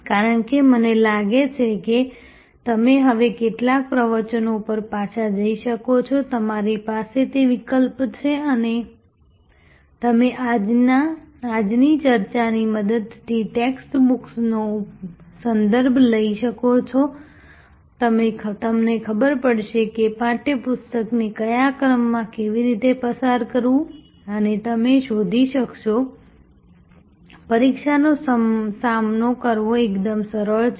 કારણ કે મને લાગે છે કે તમે હવે કેટલાક પ્રવચનો પર પાછા જઈ શકો છો તમારી પાસે તે વિકલ્પ છે અને તમે આજની ચર્ચાની મદદથી ટેક્સ્ટ બુકનો સંદર્ભ લઈ શકો છો તમને ખબર પડશે કે પુસ્તકને કયા ક્રમમાં કેવી રીતે પસાર કરવું અને તમે શોધી શકશો પરીક્ષાનો સામનો કરવો એકદમ સરળ છે